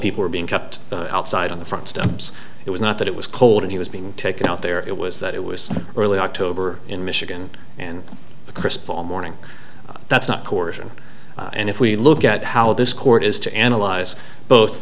people were being kept outside on the front steps it was not that it was cold and he was being taken out there it was that it was early october in michigan and a crisp fall morning that's not coercion and if we look at how this court is to analyze both